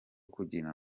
kugira